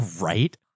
Right